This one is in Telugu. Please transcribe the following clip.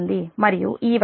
మరియు ఈ వైపు పాయింట్ j0